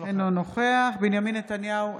אינו נוכח בנימין נתניהו,